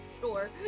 sure